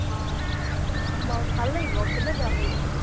অঁ চাম বাৰু ভাল লাগিব কেলৈ বেয়া লাগিব